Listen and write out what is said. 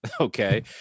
okay